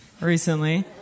recently